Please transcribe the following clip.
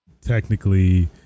technically